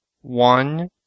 one